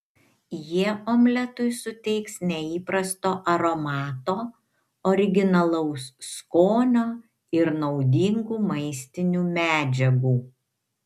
jie omletui suteiks neįprasto aromato originalaus skonio ir naudingų maistinių medžiagų